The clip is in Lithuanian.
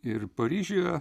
ir paryžiuje